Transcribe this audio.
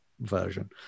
Version